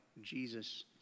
Jesus